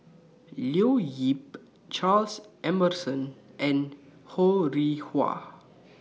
Leo Yip Charles Emmerson and Ho Rih Hwa